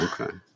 Okay